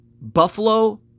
Buffalo